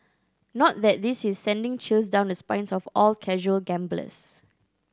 not that this is sending chills down the spines of all casual gamblers